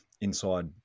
inside